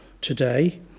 today